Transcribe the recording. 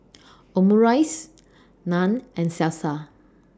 Omurice Naan and Salsa